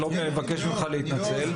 שלומי, אני מבקש ממך להתנצל.